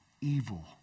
evil